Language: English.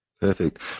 Perfect